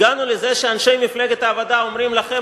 הגענו לזה שאנשי מפלגת העבודה אומרים לכם,